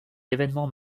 événement